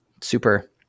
super